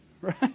Right